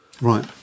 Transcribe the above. right